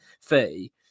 fee